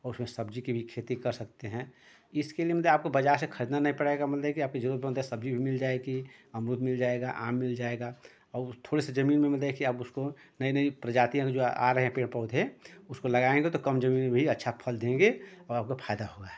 और उसमें सब्ज़ी की भी खेती कर सकते हैं इसके लिए मतलब आपको बाज़ार से खरीदना नहीं पड़ेगा मतलब कि आपकी ज़रूरत की सब्ज़ी भी मिल जाएगी अमरूद मिल जाएगा आम मिल जाएगा और थोड़ी सी ज़मीन में मतलब कि देखिए आप उसको नई नई प्रजातियों के जो आ रहे हैं पेड़ पौधे उसको लगाएँगे तो कम ज़मीन में भी अच्छा फल देंगे और आपका फ़ायदा होगा